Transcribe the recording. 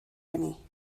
eni